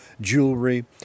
jewelry